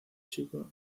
chico